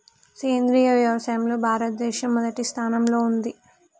సేంద్రియ వ్యవసాయంలో భారతదేశం మొదటి స్థానంలో ఉంది